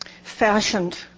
fashioned